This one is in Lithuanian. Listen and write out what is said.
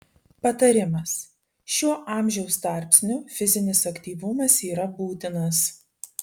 patarimas šiuo amžiaus tarpsniu fizinis aktyvumas yra būtinas